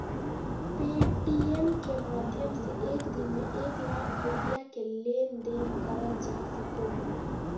Paytm के माध्यम से एक दिन में एक लाख रुपया के लेन देन करल जा सको हय